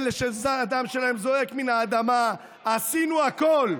לאלה שהדם שלהם זועק מן האדמה: עשינו הכול,